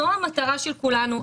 זו המטרה של כולנו.